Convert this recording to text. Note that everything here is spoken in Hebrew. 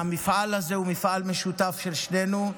והמפעל הזה הוא מפעל משותף של שנינו,